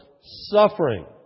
suffering